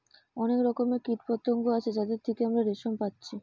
অনেক রকমের কীটপতঙ্গ আছে যাদের থিকে আমরা রেশম পাচ্ছি